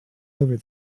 over